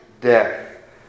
death